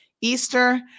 Easter